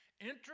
enter